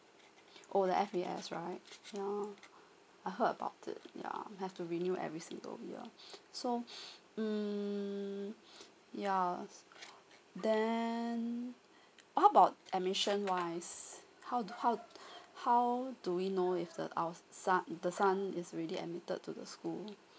oh the F_A_S right yeah I heard about it yeah have to renew every single year so mm yeah then how about admission wise how how how do we know if the our son the son is ready admitted to the school